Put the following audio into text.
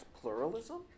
pluralism